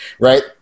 Right